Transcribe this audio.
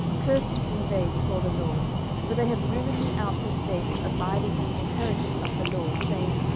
cursed be they before the lord for they have driven me out this day from abiding in the inheritance of the lord, saying,